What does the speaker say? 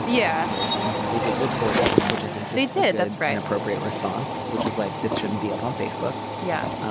yeah as you know they did report it which i think they did. that's right an appropriate response. which was like this shouldn't be up on um facebook. yeah.